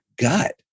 gut